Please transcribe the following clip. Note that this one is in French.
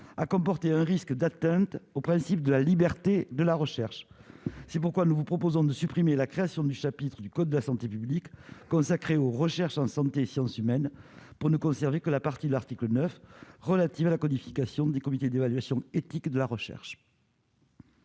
à comporter un risque d'atteinte au principe de la liberté de la recherche, c'est pourquoi nous vous proposons de supprimer la création du chapitres du code de la santé publique consacrée aux recherches en santé sciences humaines pour ne conserver que la partie de l'article 9 relatif à la codification des comités d'évaluation éthique de la recherche.